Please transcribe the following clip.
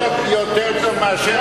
יותר טוב מאשר,